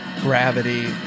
gravity